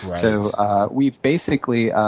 so we've basically